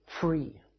free